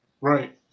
Right